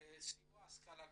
סיוע בהשכלה גבוהה.